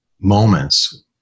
moments